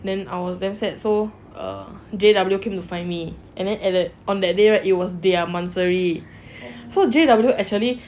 then I was damn sad so err J_W came to find me and then at that on that day right it was their monthsary so J_W actually